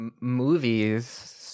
movies